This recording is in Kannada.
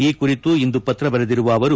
ಈ ಕುರಿತು ಇಂದು ಪತ್ರ ಬರೆದಿರುವ ಅವರು